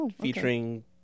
featuring